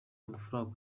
amafaranga